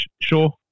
Sure